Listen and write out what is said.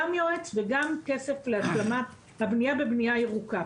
יועץ וגם כסף להשלמה הבנייה בבנייה ירוקה.